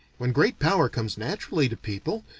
when great power comes naturally to people,